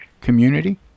community